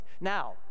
now